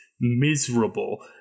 miserable